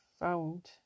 found